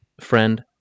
friend